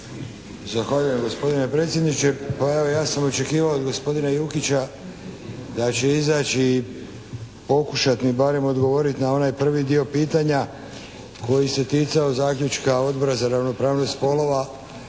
Zahvaljujem gospodine predsjedniče. Pa evo, ja sam očekivao od gospodina Jukića da će izaći i pokušati mi barem odgovoriti na onaj prvi dio pitanja koji se ticao zaključka Odbora za ravnopravnost spolova